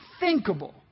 unthinkable